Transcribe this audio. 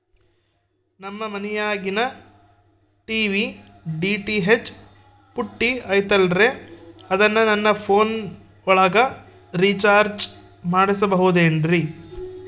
ನಮ್ಮ ಮನಿಯಾಗಿನ TV DTH ಪುಟ್ಟಿ ಐತಲ್ರೇ ಅದನ್ನ ನನ್ನ ಪೋನ್ ಒಳಗ ರೇಚಾರ್ಜ ಮಾಡಸಿಬಹುದೇನ್ರಿ?